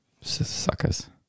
suckers